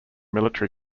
military